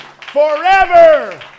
forever